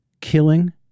killing